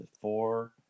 four